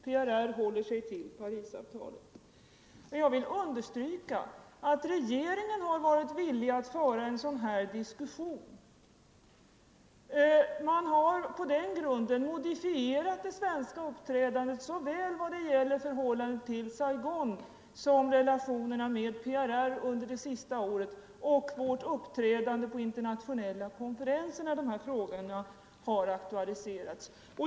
PRR håller sig till Parisavtalet. Jag vill understryka att regeringen har varit villig att föra en sådan här diskussion. Man har på den grunden modifierat det svenska uppträdandet när det gäller såväl förhållandet till Saigon som relationerna med PRR under det sista året och vårt uppträdande på internationella konferenser när dessa frågor har aktualiserats.